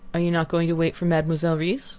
are you not going to wait for mademoiselle reisz?